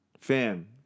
Fam